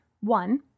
one